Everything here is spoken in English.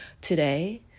Today